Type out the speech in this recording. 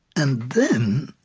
and then,